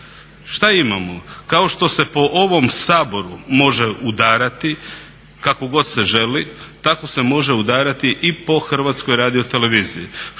Šta imamo? Kao što se po ovom Saboru može udarati kako god se želi, tako se može udarati i po Hrvatskoj radioteleviziji.